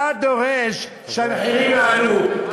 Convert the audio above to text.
אתה דורש שהמחירים יעלו,